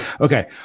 okay